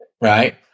Right